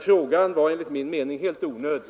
Frågan var emellertid enligt min mening helt onödig.